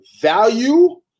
Value